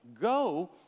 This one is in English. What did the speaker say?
go